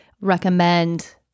Recommend